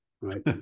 right